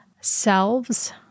selves